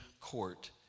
court